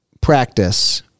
practice